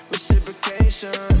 Reciprocation